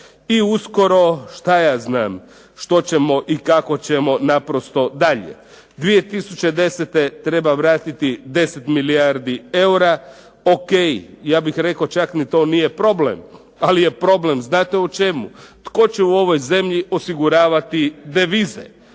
i uskoro što ja znam što ćemo i kako ćemo naprosto dalje? 2010. treba vratiti 10 milijardi eura. Ok, ja bih rekao čak ni to nije problem, ali je problem znate u čemu? Tko će u ovoj zemlji osiguravati devize,